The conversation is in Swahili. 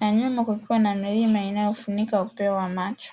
na nyuma kukiwa na milima inayofunika upeo wa macho.